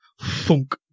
funk